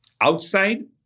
Outside